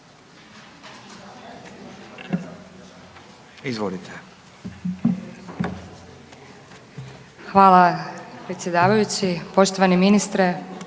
(NL)** Hvala predsjedavajući, poštovani ministre,